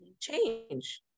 change